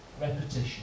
repetition